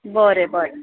बरें बरें